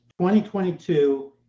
2022